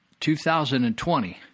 2020